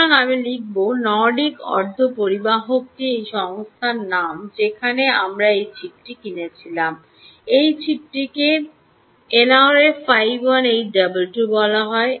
সুতরাং আমি লিখব নর্ডিক অর্ধপরিবাহকটি সেই সংস্থার নাম যেখানে আমরা এই চিপটি কিনেছিলাম এই চিপটিকে এনআরএফ 51822 বলা হয়